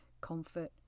comfort